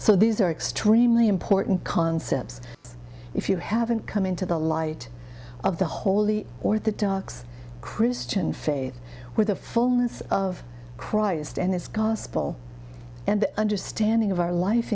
so these are extremely important concepts if you haven't come into the light of the holy orthodox christian faith with the fullness of christ and his gospel and the understanding of our life